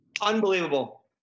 Unbelievable